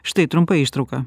štai trumpa ištrauka